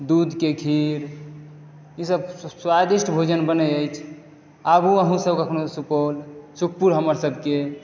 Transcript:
दूध के खीर ई सब स्वादिष्ट भोजन बनै अछि आबू अहुँ सब कखनो सुपौल सुखपुर हमर सबके